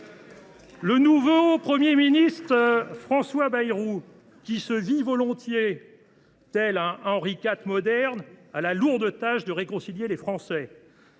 Le nouveau Premier ministre, François Bayrou, qui se voit volontiers comme un Henri IV moderne, a la lourde tâche de réconcilier entre